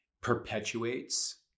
perpetuates